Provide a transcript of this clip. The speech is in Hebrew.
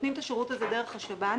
למשל,